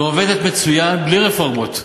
ועובדת מצוין, בלי רפורמות,